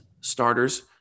starters